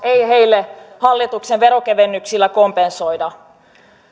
ei heille hallituksen veronkevennyksillä kompensoida